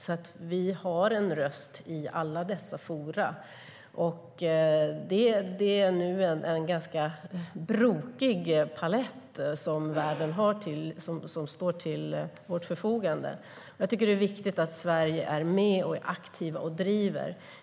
Vi har alltså en röst i alla dessa forum, och det är nu en ganska brokig palett som står till vårt förfogande. Jag tycker att det är viktigt att Sverige är med, är aktivt och driver.